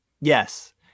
Yes